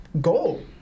goal